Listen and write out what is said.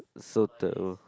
so